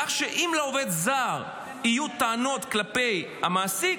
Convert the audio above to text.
כך שאם לעובד זר יהיו טענות כלפי המעסיק,